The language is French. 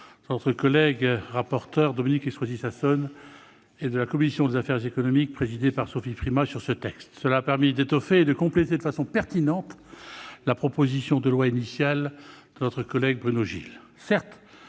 notre collègue rapporteur Dominique Estrosi Sassone et l'ensemble de la commission des affaires économiques, présidée par Sophie Primas, ont réalisé sur ce texte. Ce travail a permis d'étoffer et de compléter de façon pertinente la proposition de loi initiale de notre collègue Bruno Gilles.